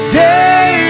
day